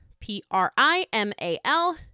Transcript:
P-R-I-M-A-L